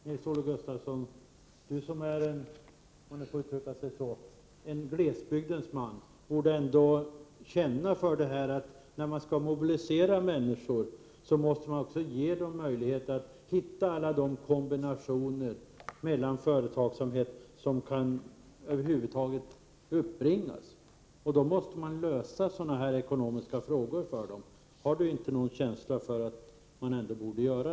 Nils-Olof Gustafsson, som är en glesbygdens man, om man får uttrycka sig så, borde ändå känna för att när man skall mobilisera människor måste man också ge dem möjlighet att hitta alla de kombinationer av företagsamhet som över huvud taget kan uppbringas. Då måste man lösa sådana här ekonomiska frågor för dem — har inte Nils-Olof Gustafsson någon känsla för det?